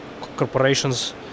corporations